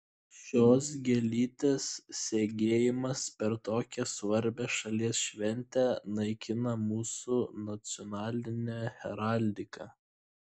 šios gėlytės segėjimas per tokią svarbią šalies šventę naikina mūsų nacionalinę heraldiką